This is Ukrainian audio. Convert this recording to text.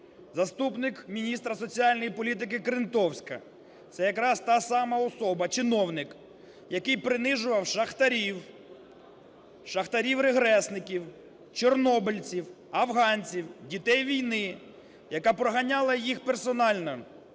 Заступник міністра соціальної політики Крентовська – це якраз та сама особа-чиновник, який принижував шахтарів, шахтарів-регресників, чорнобильців, афганців, дітей війни, яка проганяла їх персонально.